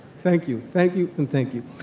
thank you, thank you, and thank you.